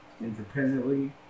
independently